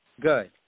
Good